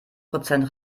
prozent